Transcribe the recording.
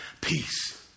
peace